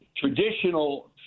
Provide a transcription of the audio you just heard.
traditional